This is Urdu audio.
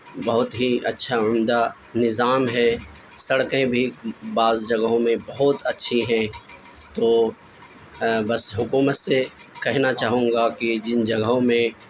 بہت ہی اچھا عمدہ نظام ہے سڑکیں بھی بعض جگہوں میں بہت اچھی ہیں تو بس حکومت سے کہنا چاہوں گا کہ جن جگہوں میں